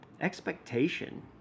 expectation